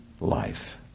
life